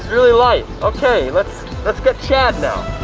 really light. okay, let's let's go chad